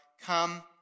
come